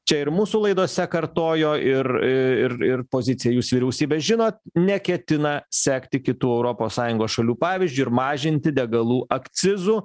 čia ir mūsų laidose kartojo ir ir ir poziciją jūs vyriausybės žinot neketina sekti kitų europos sąjungos šalių pavyzdžiu ir mažinti degalų akcizų